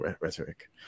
rhetoric